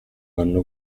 hanno